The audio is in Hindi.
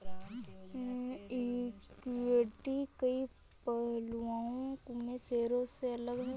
इक्विटी कई पहलुओं में शेयरों से अलग है